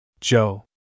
Joe